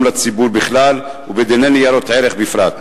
לציבור בכלל ובדיני ניירות ערך בפרט.